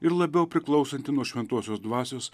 ir labiau priklausanti nuo šventosios dvasios